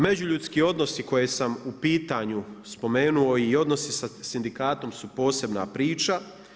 Međuljudski odnosi koje sam u pitanju spomenuo i odnosi sa sindikatom su posebna priča.